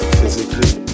physically